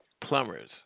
plumbers